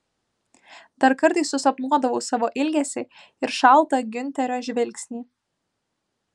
dar kartais susapnuodavau savo ilgesį ir šaltą giunterio žvilgsnį